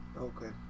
Okay